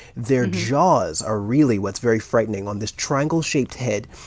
their jaws are really what's very frightening. on this triangle-shaped head,